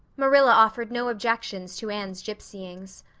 marilla offered no objections to anne's gypsyings.